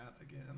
again